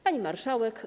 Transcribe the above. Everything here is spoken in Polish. Pani Marszałek!